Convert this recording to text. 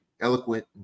eloquent